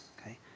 okay